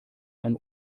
einen